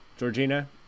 Georgina